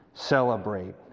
Celebrate